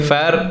Fair